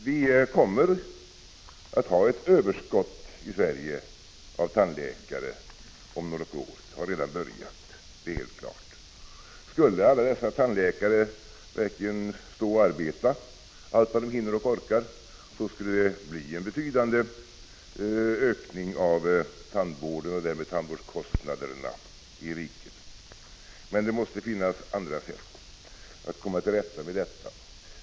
Vi kommer att ha ett överskott av tandläkare i Sverige om något år. Det är helt klart, och det har redan börjat. Skulle alla dessa tandläkare verkligen stå och arbeta allt vad de hinner och orkar, så skulle det bli en betydande ökning av tandvården och därmed tandvårdskostnaderna i riket. Men det måste finnas andra sätt att komma till rätta med detta.